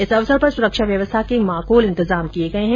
इस अवसर पर सुरक्षा व्यवस्था के माकूल इंतजाम किये गये हैं